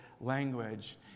language